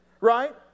right